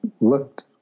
looked